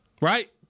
Right